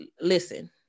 listen